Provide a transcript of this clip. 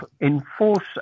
enforce